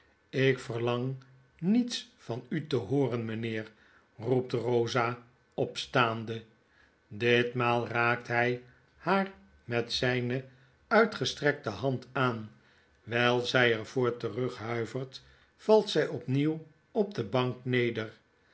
ik verlang niets van u te hooren mynheer roept rosa opstaande ditmaal raakt hij haar met zyne uitgestrekte hand aan wijl zy er voor terug huivert valt zy opnieuw op de bank neder